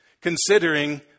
considering